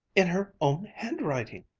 in her own handwriting!